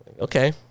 Okay